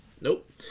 Nope